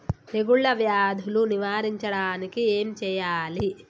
తెగుళ్ళ వ్యాధులు నివారించడానికి ఏం చేయాలి?